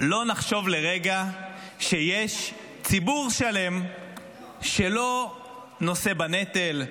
לא נחשוב לרגע שיש ציבור שלם שלא נושא בנטל,